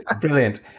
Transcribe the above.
brilliant